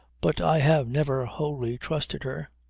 but i have never wholly trusted her.